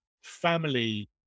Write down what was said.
family